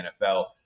NFL